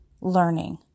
learning